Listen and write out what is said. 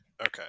Okay